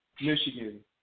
Michigan